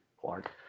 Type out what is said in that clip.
clark